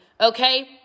Okay